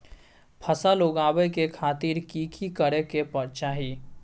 फसल उगाबै के खातिर की की करै के चाही?